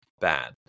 bad